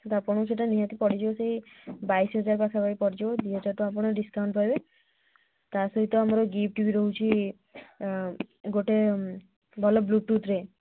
ତ ଆପଣଙ୍କୁ ସେଟା ନିହାତି ପଡ଼ିଯିବ ସେଇ ବାଇଶ ହଜାର ପାଖାପାଖି ପଡ଼ିଯିବ ଦୁଇ ହଜାର ଆପଣ ଡିସକାଉଣ୍ଟ ପାଇପାରିବେ ତା ସହିତ ଆମର ଗିଫ୍ଟ ବି ରହୁଛିି ଗୋଟେ ଭଲ ବ୍ଲୁଟୁଥ